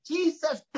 Jesus